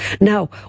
Now